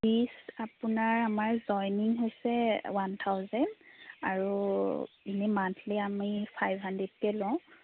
fish আপোনাৰ আমাৰ joining হৈছে ওৱান থাউজেণ্ড আৰু এনে মান্থলী আমি ফাইভ হাণড্ৰেডকৈ লওঁ